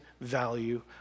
value